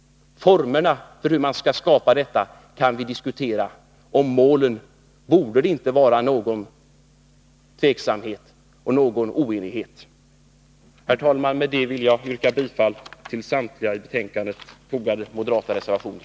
Formerna för hur man skall skapa detta kan vi diskutera. Om målen borde det inte råda någon tveksamhet eller någon oenighet. Herr talman! Med detta yrkar jag bifall till samtliga till betänkandet fogade moderata reservationer.